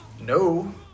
No